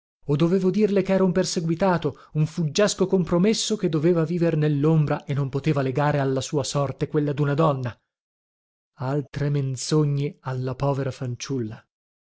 o dovevo dirle chero un perseguitato un fuggiasco compromesso che doveva viver nellombra e non poteva legare alla sua sorte quella duna donna altre menzogne alla povera fanciulla